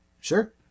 Sure